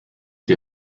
die